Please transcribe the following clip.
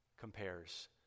compares